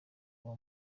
kuba